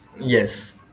Yes